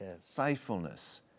faithfulness